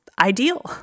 ideal